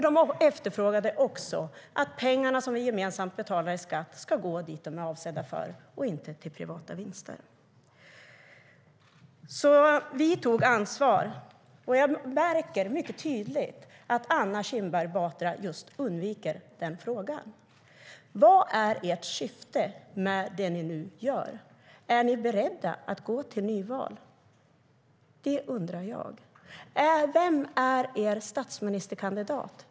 De efterfrågade också att pengarna som vi gemensamt betalar i skatt ska gå dit de är avsedda för och inte till privata vinster. Vi tog ansvar. Jag märker mycket tydligt att Anna Kinberg Batra undviker den frågan. Vad är ert syfte med det ni nu gör? Är ni beredda att gå till nyval? Det undrar jag. Vem är er statsministerkandidat?